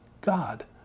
God